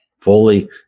fully